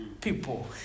people